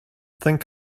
think